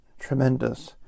tremendous